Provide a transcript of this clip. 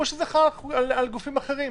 כמו שחל על גופים אחרים.